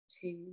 two